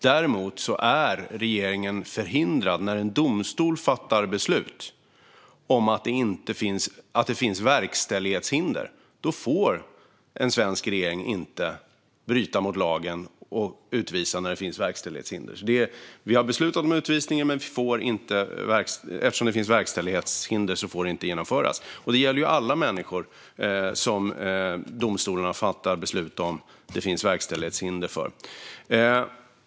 Däremot är regeringen förhindrad när en domstol fattar beslut om att det finns verkställighetshinder. En svensk regering får inte bryta mot lagen och utvisa när det finns verkställighetshinder. Vi har beslutat om utvisning. Men eftersom det finns verkställighetshinder får det inte genomföras. Det gäller alla människor där domstolarna fattar beslut om att det finns verkställighetshinder.